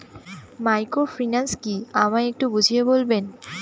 Microfinance কি আমায় একটু বুঝিয়ে বলবেন?